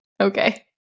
Okay